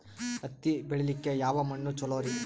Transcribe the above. ಹತ್ತಿ ಬೆಳಿಲಿಕ್ಕೆ ಯಾವ ಮಣ್ಣು ಚಲೋರಿ?